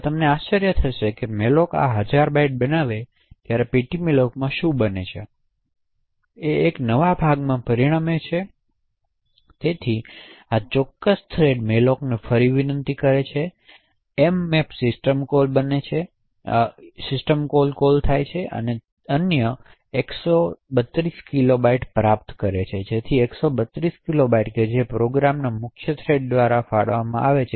હવે તે તમને આશ્ચર્ય થશે કે malloc આ હજાર બાઇટ્સ બનાવે ત્યારે ptmalloc માં શું બનેકે તે એક નવા ભાગમાં પરિણમે છેતેથી આ ચોક્કસ થ્રેડ mallocને ફરીથી વિનંતી કરશે કે mmap સિસ્ટમ કોલ અને અન્ય 132 કિલોબાઇટ પ્રાપ્ત કરે છે જેથી 132 કિલોબાઇટ જે પ્રોગ્રામની મુખ્ય થ્રેડ દ્વારા ફાળવવામાં આવે છે